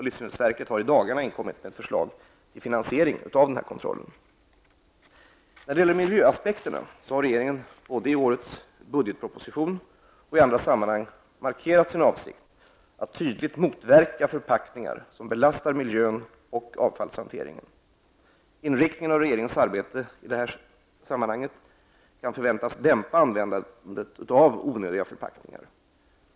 Livsmedelsverket har i dagarna inkommit med förslag till finansiering av denna kontroll. Vad gäller miljöaspekterna har regeringen såväl i årets budgetproposition som i andra sammanhang markerat sin avsikt att tydligt motverka förpackningar som belastar miljön och avfallshanteringen. Inriktningen av regeringens arbete i det här avseendet kan förväntas dämpa användandet av onödiga förpackningar.